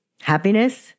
happiness